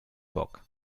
bock